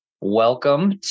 Welcome